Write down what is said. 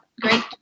Great